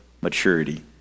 maturity